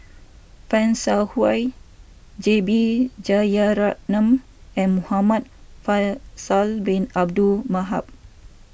Fan Shao Hua J B Jeyaretnam and Muhamad Faisal Bin Abdul Manap